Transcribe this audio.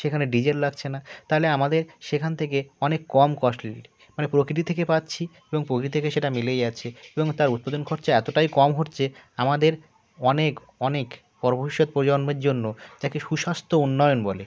সেখানে ডিজেল লাগছে না তাহলে আমাদের সেখান থেকে অনেক কম কস্টলি মানে প্রকৃতি থেকে পাচ্ছি এবং প্রকৃতিতে সেটা মিলে যাচ্ছে এবং তার উৎপাদন খরচা এতটাই কম হচ্ছে আমাদের অনেক অনেক পর ভবিষ্যৎ প্রজন্মের জন্য তাকে সুস্বাস্থ্য উন্নয়ন বলে